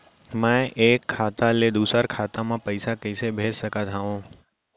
मैं एक खाता ले दूसर खाता मा पइसा कइसे भेज सकत हओं?